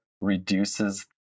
reduces